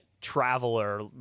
traveler